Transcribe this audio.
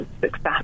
success